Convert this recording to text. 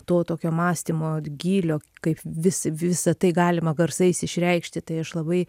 to tokio mąstymo d gylio kaip visi visa tai galima garsais išreikšti tai aš labai